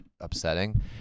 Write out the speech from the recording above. upsetting